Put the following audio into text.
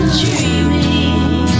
dreaming